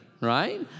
right